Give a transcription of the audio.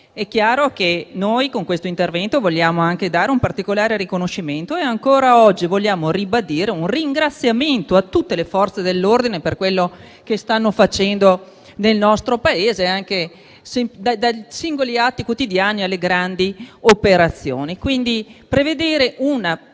È chiaro che con questo intervento vogliamo dare anche un particolare riconoscimento e ancora oggi vogliamo ribadire un ringraziamento a tutte le Forze dell'ordine per quello che stanno facendo nel nostro Paese, dai singoli atti quotidiani alle grandi operazioni. E, quindi, adottiamo un